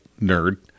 nerd